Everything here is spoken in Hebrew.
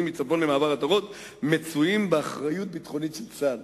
מצפון למעבר עטרות מצויים באחריות ביטחונית של צה"ל.